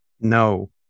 No